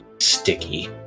sticky